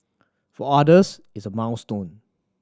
for others it's a milestone